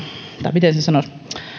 miten sen nyt sanoisi ja